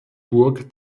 burg